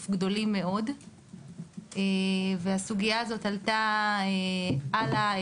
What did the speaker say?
גדולים מאוד והסוגייה הזאת עלתה הלאה,